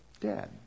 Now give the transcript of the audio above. dad